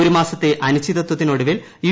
ഒരു മാസത്തെ അനിശ്ചിത്ത്തിനൊടുവിൽ യു